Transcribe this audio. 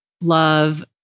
love